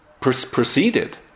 proceeded